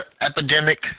epidemic